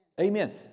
Amen